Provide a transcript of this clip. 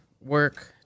work